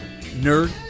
Nerd